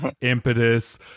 impetus